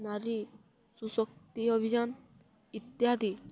ନାରୀ ସୁଶକ୍ତି ଅଭିଯାନ ଇତ୍ୟାଦି